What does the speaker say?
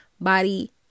body